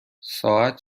ساعت